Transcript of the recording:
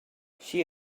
she